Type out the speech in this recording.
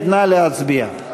נא להצביע.